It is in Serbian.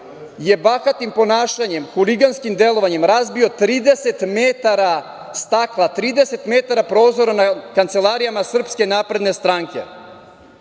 je bahatim ponašanjem, huliganskim delovanjem razbio 30 metara stakla, 30 metara prozora na kancelarijama SNS.Zašto vam